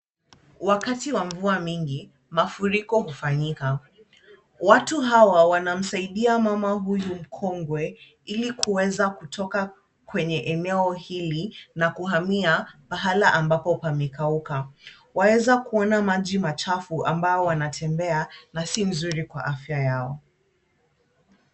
Wakati wa mvua mingi mafuriko hufanyika. Watu hawa wanamsaidia mama huyu mkongwe hili kuweza kutoka kwenye eneo hili na kuhamia pahala ambapo pamekauka waeza kuona maji machafu ambao wanatembea na si nzuri kwa afya yao.